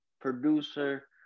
producer